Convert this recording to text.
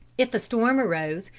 if a storm arose,